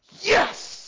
Yes